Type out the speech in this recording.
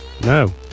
No